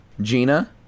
Gina